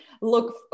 look